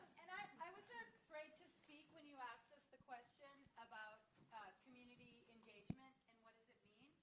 and i was afraid to speak when you asked us the question, about community engagement and what does it mean.